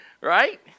Right